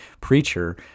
preacher